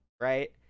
right